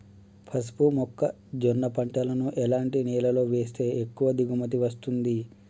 పసుపు మొక్క జొన్న పంటలను ఎలాంటి నేలలో వేస్తే ఎక్కువ దిగుమతి వస్తుంది?